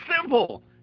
simple